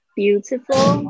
beautiful